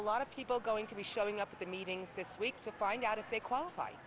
a lot of people going to be showing up at the meetings this week to find out if they qualify